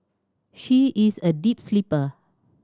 she is a deep sleeper